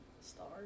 stars